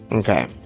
Okay